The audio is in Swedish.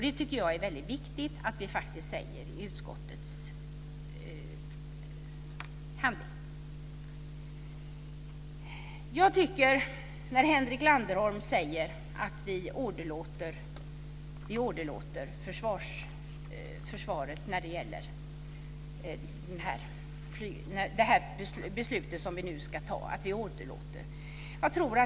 Det är viktigt att vi säger det i utskottets handling. Henrik Landerholm säger att vi åderlåter försvaret med det beslut som vi nu ska fatta.